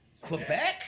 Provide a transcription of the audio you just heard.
Quebec